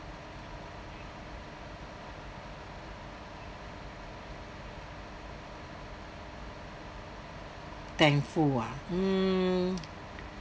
thankful ah mm